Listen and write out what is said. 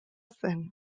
zen